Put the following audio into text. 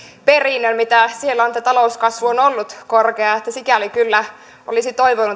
perinnön kuin mikä siellä on kun talouskasvu on ollut korkea että sikäli kyllä olisi toivonut